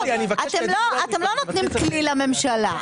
אתם לא נותנים כלי לממשלה,